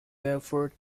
beaufort